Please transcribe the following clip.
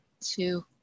two